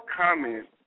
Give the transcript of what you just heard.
comment